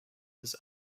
his